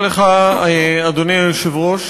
אדוני היושב-ראש,